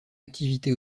activité